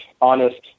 honest